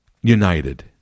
united